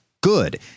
good